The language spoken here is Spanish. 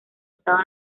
estado